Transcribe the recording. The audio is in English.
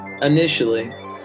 Initially